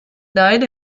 died